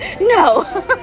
No